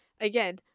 Again